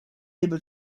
able